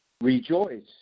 Rejoice